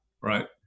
right